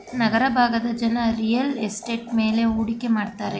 ನಗರ ಭಾಗದ ಜನ real estate ಮೇಲೆ ಹೂಡಿಕೆ ಮಾಡುತ್ತಾರೆ